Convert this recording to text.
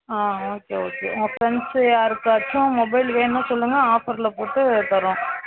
ஆ okay okay உங்கள் friends யாருக்காச்சும் mobile வேணும்னா சொல்லுங்க ஆஃபரில் போட்டுத் தர்றோம்